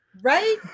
Right